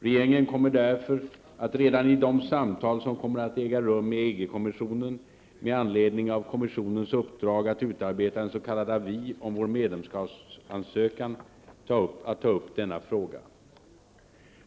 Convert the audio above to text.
Regeringen kommer därför redan i de samtal som kommer att äga rum med EG-kommissionen med anledning av kommissionens uppdrag att utarbeta en s.k. avis om vår medlemskapsansökan att ta upp denna fråga.